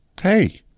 Hey